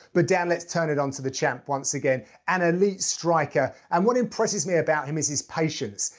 but dan, let's turn it onto the champ once again. an elite striker. and what impresses me about him is his patience.